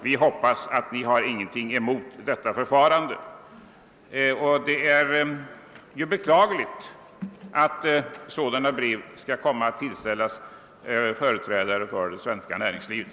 Vi hoppas, att Ni har ingenting emot detta förfarande.» Det är beklagligt att sådana brev tillställs företrädare för det svenska näringslivet.